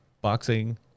boxing